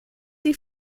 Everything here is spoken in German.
die